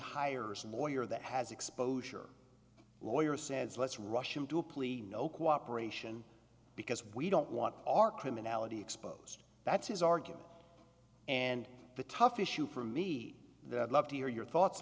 hires a boy or that has exposure lawyer says let's rushing to plea no cooperation because we don't want our criminality exposed that's his argument and the tough issue for me that i'd love to hear your thoughts